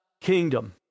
kingdom